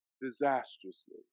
disastrously